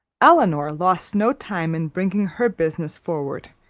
elinor lost no time in bringing her business forward,